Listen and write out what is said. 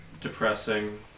depressing